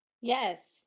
yes